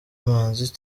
manzi